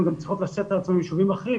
הן גם צריכות לשאת על עצמן יישובים אחרים.